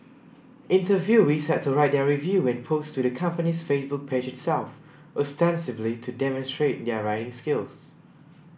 interviewees had to write their review and post to the company's Facebook page itself ostensibly to demonstrate their writing skills